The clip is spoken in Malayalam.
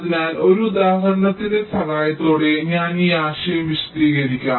അതിനാൽ ഒരു ഉദാഹരണത്തിന്റെ സഹായത്തോടെ ഞാൻ ഈ ആശയം വിശദീകരിക്കും